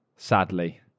Sadly